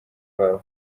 babo